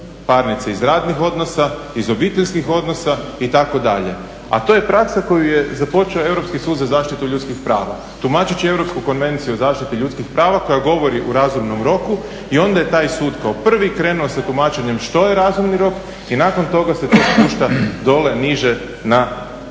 parnice iz radnih odnosa, iz obiteljskih odnosa itd. a to je praksa koju je započeo Europski sud za zaštitu ljudskih prava tumačeći Europsku konvenciju o zaštiti ljudskih prava koja govori o razumnom roku i onda je taj sud kao prvi krenuo sa tumačenjem što je razumni rok i nakon toga se to spušta dolje niže na nacionalne